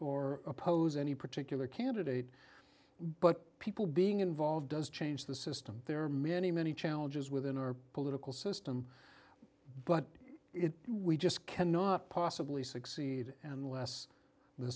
or oppose any particular candidate but people being involved does change the system there are many many challenges within our political system but it we just cannot possibly succeed unless the